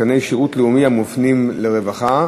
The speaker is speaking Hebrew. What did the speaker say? תקני שירות לאומי המופנים לרווחה.